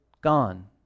gone